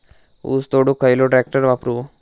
ऊस तोडुक खयलो ट्रॅक्टर वापरू?